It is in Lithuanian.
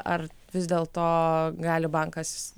ar vis dėl to gali bankas